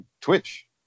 Twitch